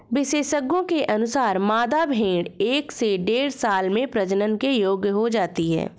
विशेषज्ञों के अनुसार, मादा भेंड़ एक से डेढ़ साल में प्रजनन के योग्य हो जाती है